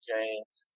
James